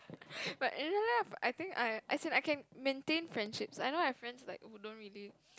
but in real life I think I as in I can maintain friendships I know I have friends like who don't really